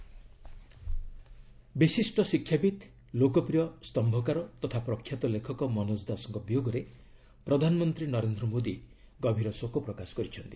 PM ମନୋକ ବିଶିଷ୍ଟ ଶିକ୍ଷାବିତ୍ ଲୋକପ୍ରିୟ ସ୍ତମ୍ଭକାର ତଥା ପ୍ରଖ୍ୟାତ ଲେଖକ ମନୋଜ ଦାସଙ୍କ ବିୟୋଗରେ ପ୍ରଧାନମନ୍ତ୍ରୀ ନରେନ୍ଦ ମୋଦୀ ଗଭୀର ଶୋକ ପ୍ରକାଶ କରିଛନ୍ତି